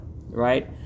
right